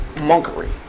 monkery